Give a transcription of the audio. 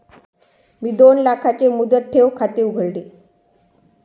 मी दोन लाखांचे मुदत ठेव खाते उघडले